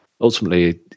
ultimately